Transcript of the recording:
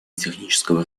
технического